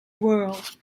world